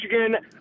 Michigan